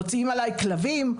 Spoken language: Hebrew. מוציאים עליי כלבים,